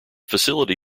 facility